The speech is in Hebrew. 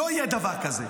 לא יהיה דבר כזה.